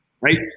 right